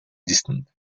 distant